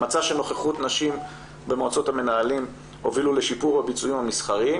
מצא שנוכחות נשים במועצות המנהלים הובילו לשיפור הביצועים המסחריים,